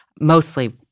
mostly